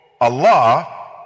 Allah